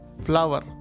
flower